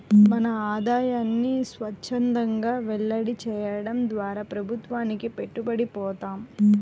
మన ఆదాయాన్ని స్వఛ్చందంగా వెల్లడి చేయడం ద్వారా ప్రభుత్వానికి పట్టుబడి పోతాం